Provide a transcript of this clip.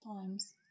times